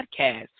podcast